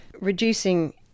reducing